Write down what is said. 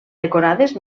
decorades